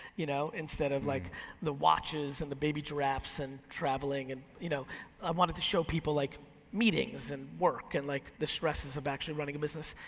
you know instead of like the watches and the baby giraffes and traveling. you know i wanted to show people like meetings and work and like the stresses of actually running a business.